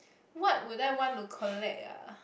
what would I want to collect ah